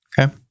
Okay